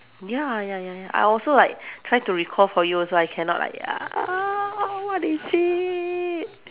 ya ya ya I also like try to recall for you also I cannot like ah what is it